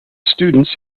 students